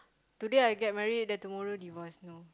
today I get married then tomorrow divorce no